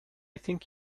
think